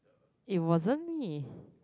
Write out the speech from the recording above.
it wasn't me